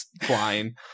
flying